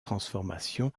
transformations